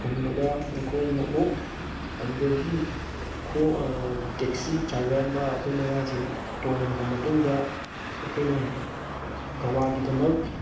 ꯊꯨꯡꯕꯗ ꯑꯩꯈꯣꯏꯅ ꯑꯃꯨꯛ ꯑꯗꯨꯗꯒꯤ ꯇꯦꯛꯁꯤ ꯗ꯭ꯔꯥꯏꯕꯔ ꯑꯃ ꯑꯩꯈꯣꯏ ꯃꯉꯥꯁꯦ ꯇꯣꯡꯂꯕ ꯃꯇꯨꯡꯗ ꯑꯩꯈꯣꯏꯅ ꯒꯋꯥꯒꯤꯗꯃꯛ